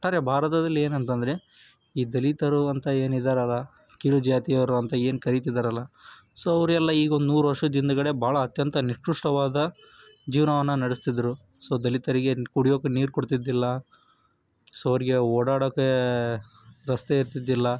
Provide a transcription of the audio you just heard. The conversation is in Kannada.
ಒಟ್ಟಾರೆ ಭಾರತದಲ್ಲಿ ಏನಂತ ಅಂದ್ರೆ ಈ ದಲಿತರು ಅಂತ ಏನಿದ್ದಾರಲ್ಲ ಕೀಳು ಜಾತಿಯವ್ರು ಅಂತ ಏನು ಕರಿತಿದ್ದಾರಲ್ಲ ಸೊ ಅವರೆಲ್ಲ ಈಗ ಒಂದು ನೂರು ವರ್ಷದ ಹಿಂದುಗಡೆ ಬಹಳ ಅತ್ಯಂತ ನಿಕೃಷ್ಟವಾದ ಜೀವನವನ್ನ ನಡೆಸ್ತಿದ್ದರು ಸೊ ದಲಿತರಿಗೆ ಕುಡಿಯೋಕೆ ನೀರು ಕೊಡ್ತಿದ್ದಿಲ್ಲ ಸೊ ಅವರಿಗೆ ಓಡಾಡೋಕ್ಕೆ ರಸ್ತೆ ಇರ್ತಿದ್ದಿಲ್ಲ